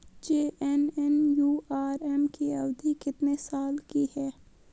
JNNURM की अवधि कितने साल की है?